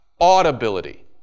audibility